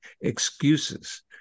excuses